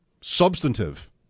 substantive